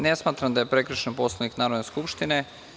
Ne smatram da je prekršen Poslovnik Narodne skupštine.